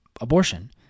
abortion